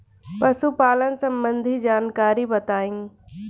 पशुपालन सबंधी जानकारी बताई?